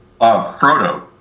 Frodo